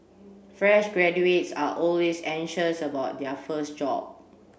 fresh graduates are always anxious about their first job